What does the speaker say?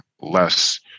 less